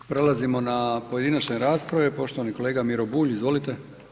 Prelazimo na pojedinačne rasprave, poštovani kolega Miro Bulj, izvolite.